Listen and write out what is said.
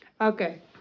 Okay